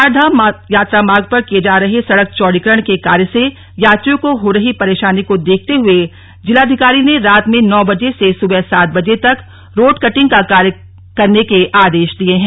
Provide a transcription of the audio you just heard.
चारधाम यात्रा मार्ग पर किये जा रहे सड़क चौड़ीकरण के कार्य से यात्रियों को हो रही परेशानी को देखते हुए जिलाधिकारी ने रात में नौ बजे से सुबह सात बजे तक रोड कटिंग का कार्य करने के आदेश दिर्य है